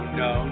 no